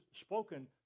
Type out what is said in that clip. spoken